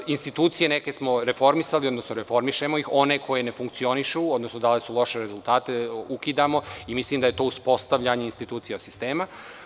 Neke institucije smo informisali, odnosno reformišemo ih, one koje ne funkcionišu, dale su loše rezultate, ukidamo i mislim da je to uspostavljanje institucije sistema.